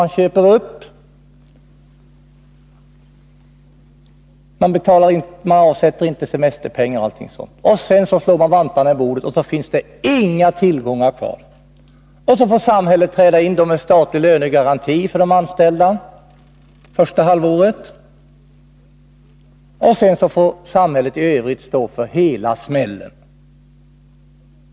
Man tömmer fonderna i de många gånger ganska välskötta företag som man köper upp. Sedan slår man vantarna i bordet, och så finns det inga tillgångar kvar. Då får samhället träda in med statlig lönegaranti för de anställda det första halvåret, och samhället får stå för hela smällen.